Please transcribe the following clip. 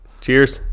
Cheers